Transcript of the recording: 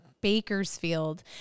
Bakersfield